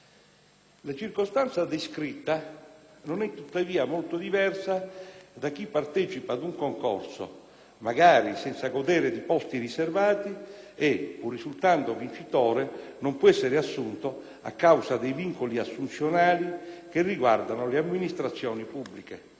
La circostanza descritta non è tuttavia molto diversa da chi partecipa ad un concorso, magari senza godere di posti riservati e, pur risultando vincitore, non può essere assunto a causa dei vincoli assunzionali che riguardano le amministrazioni pubbliche.